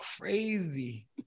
crazy